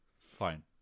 Fine